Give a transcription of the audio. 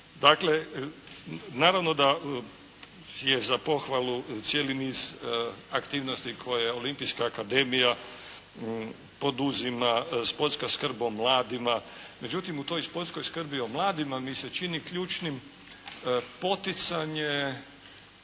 Dakle, naravno da je za pohvalu cijeli niz aktivnosti koje Olimpijska akademija poduzima, sportska skrb o mladima. Međutim, u toj sportskoj skrbio mladima mi se čini ključnim poticanje